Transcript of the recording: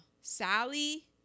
Sally